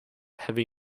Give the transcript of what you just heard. heavy